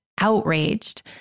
Outraged